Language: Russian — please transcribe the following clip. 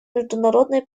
международной